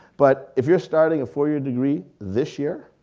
but if you're starting a four year degree this year,